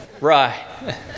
Right